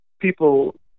people